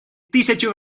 тысячи